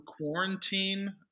quarantine